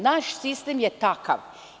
Naš sistem je takav.